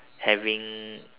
having